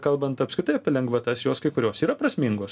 kalbant apskritai apie lengvatas jos kai kurios yra prasmingos